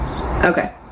Okay